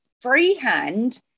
freehand